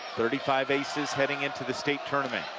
thirty five aces heading into the state tournament.